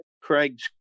Craig's